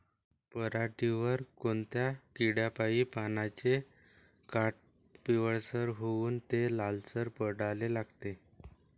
पऱ्हाटीवर कोनत्या किड्यापाई पानाचे काठं पिवळसर होऊन ते लालसर पडाले लागते?